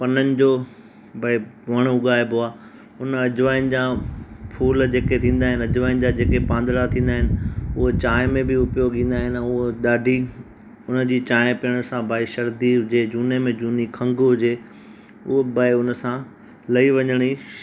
हुननि जो भई वणु उगाइबो आहे हुन अजवाइन जा फूल जेके थींदा आहिनि अजवाइन जा जेके पांदरा थींदा आहिनि उहे चाहिं में बि उप्योग ईंदा आहिनि उहे ॾाढी हुन जी चाहिं पीअण सां भई शर्दी हुजे झूने में झूनी खंग हुजे उहा भई हुन सां लई वञणु ई